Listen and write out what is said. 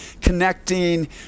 connecting